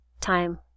time